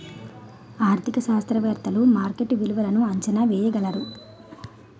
ఆర్థిక శాస్త్రవేత్తలు మార్కెట్ విలువలను అంచనా వేయగలరు